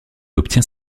obtient